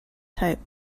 type